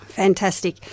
Fantastic